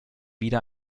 wieder